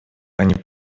они